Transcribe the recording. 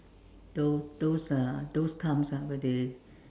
tho~ those uh those times ah where they